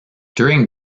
during